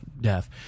death